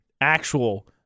actual